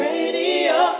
Radio